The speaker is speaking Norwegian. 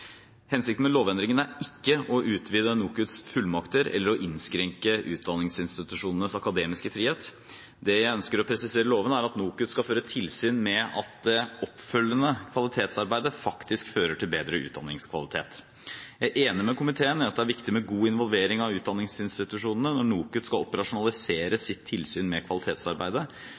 Hensikten med lovendringen er ikke å utvide NOKUTs fullmakter eller å innskrenke utdanningsinstitusjonenes akademiske frihet. Det jeg ønsker å presisere i loven, er at NOKUT skal føre tilsyn med at det oppfølgende kvalitetsarbeidet faktisk fører til bedre utdanningskvalitet. Jeg er enig med komiteen i at det er viktig med god involvering av utdanningsinstitusjonene når NOKUT skal operasjonalisere sitt tilsyn med kvalitetsarbeidet,